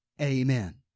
Amen